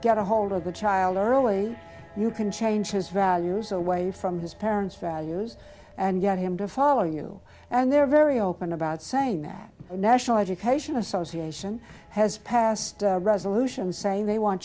get ahold of the child early you can change his values away from his parents values and get him to follow you and they're very open about saying that the national education association has passed resolutions saying they want